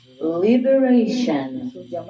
liberation